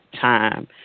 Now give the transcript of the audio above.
time